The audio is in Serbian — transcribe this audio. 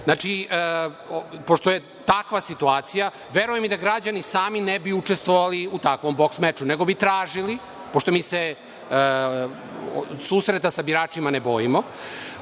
Znači, pošto je takva situacija, verujem da građani sami ne bi učestvovali u takvom boks-meču, nego bi tražili, pošto se mi susreta sa biračima ne bojimo,